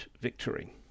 victory